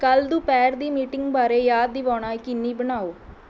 ਕੱਲ੍ਹ ਦੁਪਹਿਰ ਦੀ ਮੀਟਿੰਗ ਬਾਰੇ ਯਾਦ ਦਿਵਾਉਣਾ ਯਕੀਨੀ ਬਣਾਓ